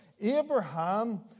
Abraham